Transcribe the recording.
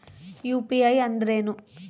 UPI ಅಂದ್ರೇನು?